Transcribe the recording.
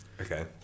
okay